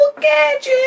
gadget